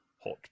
hot